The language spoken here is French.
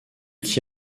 qui